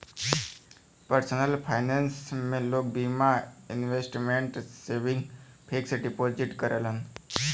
personal finance में लोग बीमा, इन्वेसमटमेंट, सेविंग, फिक्स डिपोजिट करलन